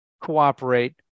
cooperate